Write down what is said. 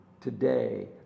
Today